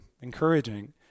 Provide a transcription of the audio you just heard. encouraging